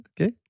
Okay